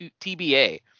tba